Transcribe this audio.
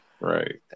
Right